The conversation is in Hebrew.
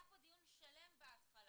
היה פה דיון שלם בהתחלה.